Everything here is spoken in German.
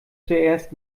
zuerst